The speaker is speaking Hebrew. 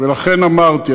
ולכן אמרתי.